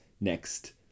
next